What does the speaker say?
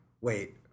Wait